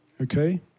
Okay